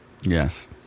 yes